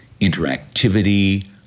interactivity